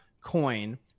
coin